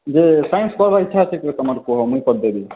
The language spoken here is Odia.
ଯେ ସାଇନ୍ସ ପଢ଼ିବାର ଇଚ୍ଛା ଅଛି କି ତୁମର୍ କୁହ ମୁଁ କରିଦେବି